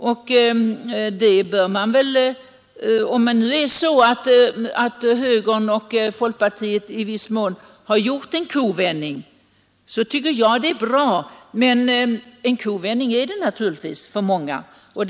Om det nu är så, att högern och folkpartiet i viss mån har gjort en kovändning, tycker jag att det är bra — men en kovändning är det naturligtvis som många har gjort.